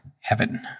Heaven